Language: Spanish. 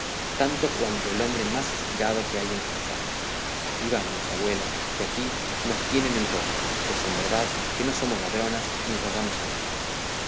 tanto cuanto el hombre más estirado que hay en esta sala y vámonos abuela que aquí nos tienen en poco pues en verdad que no somos ladronas ni rogamos a nadie